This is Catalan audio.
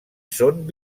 són